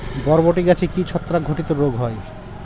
বরবটি গাছে কি ছত্রাক ঘটিত রোগ হয়?